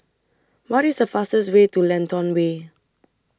What IS The fastest Way to Lentor Way